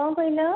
କଣ କହିଲ